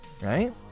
right